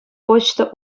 почта